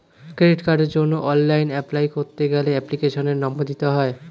credit কার্ডের জন্য online apply করতে গেলে এপ্লিকেশনের নম্বর দিতে হয়